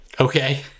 Okay